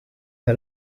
her